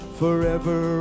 forever